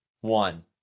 one